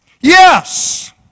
Yes